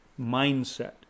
mindset